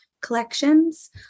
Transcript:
collections